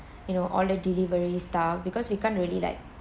you know all the delivery stuff because we can't really like